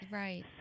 right